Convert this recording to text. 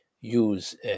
use